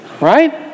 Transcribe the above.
Right